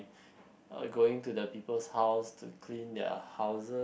uh going to the peoples house to clean their houses